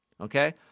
Okay